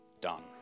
done